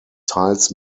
teils